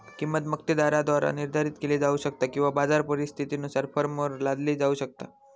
किंमत मक्तेदाराद्वारा निर्धारित केली जाऊ शकता किंवा बाजार परिस्थितीनुसार फर्मवर लादली जाऊ शकता